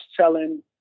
telling